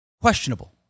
questionable